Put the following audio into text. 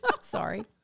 Sorry